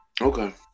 Okay